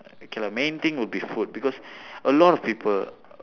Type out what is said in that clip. okay lah main thing would be food because a lot of people